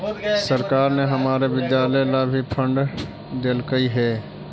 सरकार ने हमारे विद्यालय ला भी फण्ड देलकइ हे